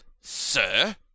sir